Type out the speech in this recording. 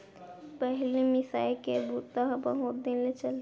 पहिली मिसाई के बूता ह बहुत दिन ले चलय